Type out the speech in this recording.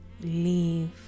Leave